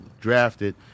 drafted